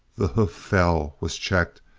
the hoof fell, was checked,